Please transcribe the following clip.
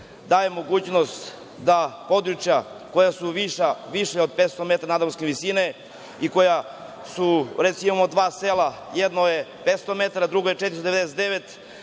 daje mogućnost da područja koja su višlja od 500 metara nadmorske visine, recimo imamo dva sela jedno je 500 metara, drugo je 499,